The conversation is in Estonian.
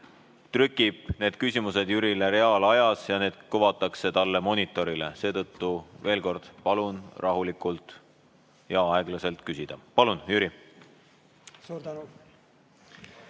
trükib need küsimused Jürile reaalajas ja need kuvatakse talle monitorile. Seetõttu veel kord: palun küsida rahulikult ja aeglaselt. Palun, Jüri! Suur tänu!